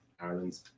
ireland